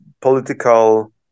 political